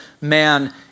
man